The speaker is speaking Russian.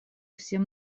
всем